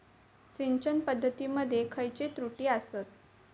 सिंचन पद्धती मध्ये खयचे त्रुटी आसत?